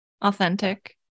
Authentic